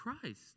Christ